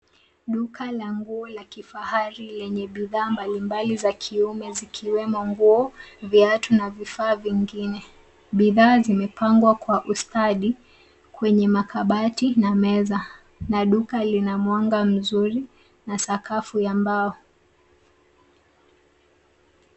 Duka la nguo la kifahari lenye bidhaa mbali mbali za kiume zikiwemo nguo, viatu na vifaa vingine. Bidhaa zimepangwa kwa ustadi, kwenye makabati na meza. Na duka lina mwanga mzuri na sakafi ya mbao.